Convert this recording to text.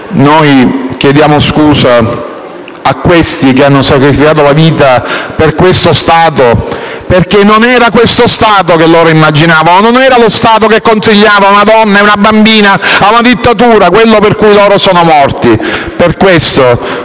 Noi chiediamo scusa a questi uomini che hanno sacrificato la propria vita per questo Stato, perché non era questo lo Stato che loro immaginavano; non era lo Stato che consegnava una donna e una bambina a una dittatura quello per cui loro sono morti.